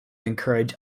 encourage